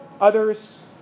others